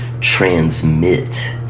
transmit